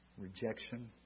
Rejection